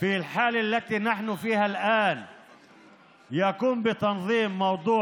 למה לא שמענו את קולך כשהצבעתם נגד הסכמי השלום?